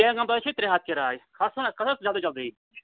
پہلگام تام چھِ ترٛےٚ ہَتھ کِراے کھَسُن حظ کھَس حظ جلدی جلدی